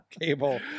cable